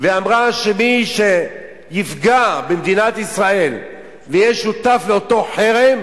ואמרה שמי שיפגע במדינת ישראל ויהיה שותף לאותו חרם,